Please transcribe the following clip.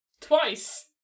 Twice